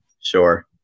Sure